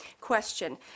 question